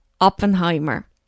Oppenheimer